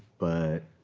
but